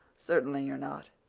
certainly you're not.